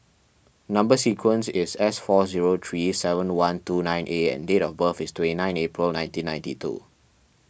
Number Sequence is S four zero three seven one two nine A and date of birth is twenty nine April nineteen ninety two